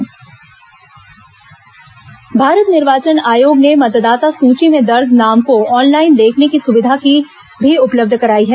मतदाता सूची mobile app Bharat निर्वाचन आयोग ने मतदाता सूची में दर्ज नाम को ऑनलाइन देखने की सुविधा भी उपलब्ध कराई है